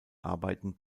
arbeiten